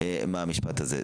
מה המשפט הזה.